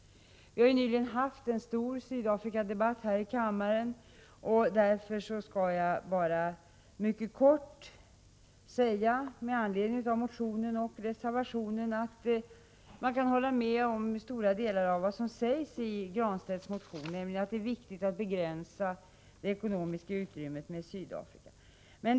Vi har nyligen haft en stor Sydafrikadebatt här i kammaren. Därför skall jag bara med anledning av motionen och reservationen mycket kort säga att man till stor del kan hålla med om vad som sägs i Granstedts motion — nämligen att det är viktigt att begränsa det ekonomiska utbytet med Sydafrika.